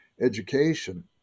education